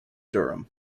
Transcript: durham